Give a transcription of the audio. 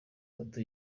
gato